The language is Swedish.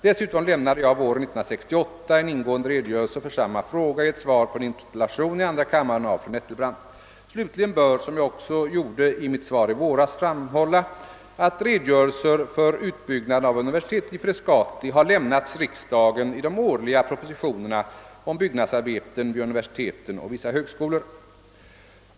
Dessutom lämnade jag våren 1968 en ingående redogörelse för samma fråga i ett svar på en interpellation i andra kammaren av fru Nettelbrandt. Slutligen bör, som jag också gjorde i mitt svar i våras, framhållas att redogörelser för utbyggnaden av universitetet i Fres cati har lämnats riksdagen i de årliga propositionerna om byggnadsarbeten vid universiteten och vissa högskolor.